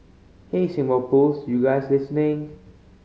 hey Singapore Pools you guys listening